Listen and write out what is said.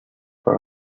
for